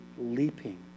leaping